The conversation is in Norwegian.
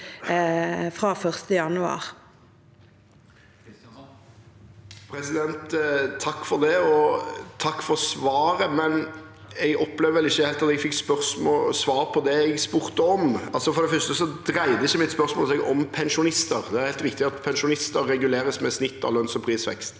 fra 1. januar. Mímir Kristjánsson (R) Takk for svaret, men jeg opplever vel ikke helt at jeg fikk svar på det jeg spurte om. For det første dreide ikke mitt spørsmål seg om pensjonister. Det er helt riktig at pensjonister reguleres med snitt av lønns- og prisvekst,